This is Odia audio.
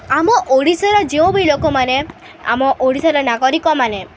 ଆମ ଓଡ଼ିଶାର ଯେଉଁ ବି ଲୋକମାନେ ଆମ ଓଡ଼ିଶାର ନାଗରିକମାନେ